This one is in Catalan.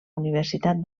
universitat